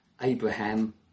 Abraham